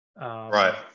Right